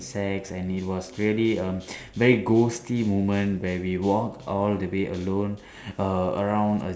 sects and it was really um very ghosty moment where we walk all the way alone err around uh